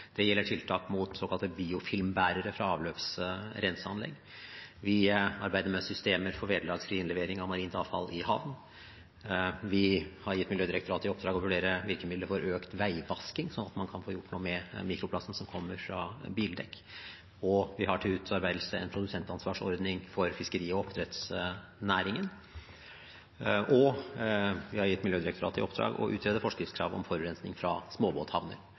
Det gjelder tiltak mot såkalte biofilmbærere fra avløpsrenseanlegg. Vi arbeider med systemer for vederlagsfri innlevering av marint avfall i havn. Vi har gitt Miljødirektoratet i oppdrag å vurdere virkemidler for økt veivasking, sånn at man kan få gjort noe med mikroplasten som kommer fra bildekk. Vi har til utarbeidelse en produsentansvarsordning for fiskeri- og oppdrettsnæringen, og vi har gitt Miljødirektoratet i oppdrag å utrede forskriftskrav om forurensing fra småbåthavner.